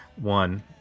one